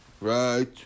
right